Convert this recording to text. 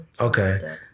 okay